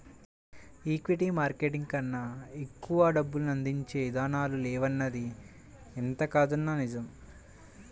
equity market కన్నా ఎక్కువ డబ్బుల్ని అందించే ఇదానాలు లేవనిది ఎంతకాదన్నా నిజం